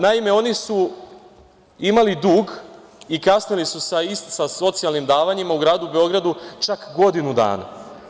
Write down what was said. Naime, oni su imali dug i kasnili su sa socijalnim davanjima u gradu Beogradu čak godinu dana.